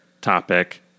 topic